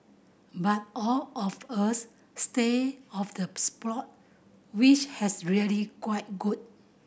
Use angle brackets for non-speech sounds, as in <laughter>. but all of us stay of the <unintelligible> plot which has really quite good